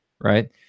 right